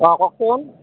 অঁ কওকচোন